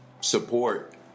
support